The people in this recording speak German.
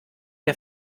der